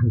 అంతేనా